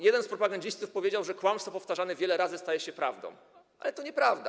Jeden z propagandzistów powiedział, że kłamstwo powtarzane wiele razy staje się prawdą, ale to nieprawda.